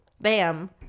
bam